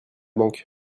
banque